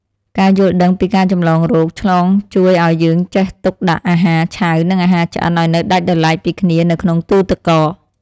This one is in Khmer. ការយល់ដឹងពីការចម្លងរោគឆ្លងជួយឱ្យយើងចេះទុកដាក់អាហារឆៅនិងអាហារឆ្អិនឱ្យនៅដាច់ដោយឡែកពីគ្នានៅក្នុងទូរទឹកកក។